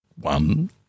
one